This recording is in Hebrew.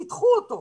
תידחו אותו,